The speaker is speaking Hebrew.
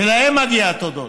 ולהם מגיעות התודות,